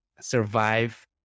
survive